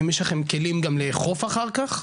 האם יש לכם גם כלים לאכוף אחר כך?